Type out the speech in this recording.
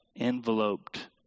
enveloped